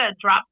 drop